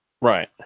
Right